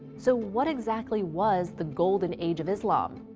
so what exactly was the golden age of islam?